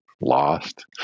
lost